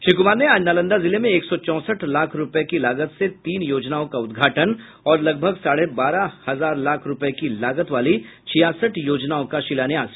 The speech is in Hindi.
श्री कुमार ने आज नालंदा जिले में एक सौ चौसठ लाख रुपये की लागत से तीन योजनाओं का उद्घाटन और लगभग साढ़े बारह हजार लाख रुपये की लागत वाली छियासठ योजनाओं का शिलान्यास किया